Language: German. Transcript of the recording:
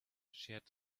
schert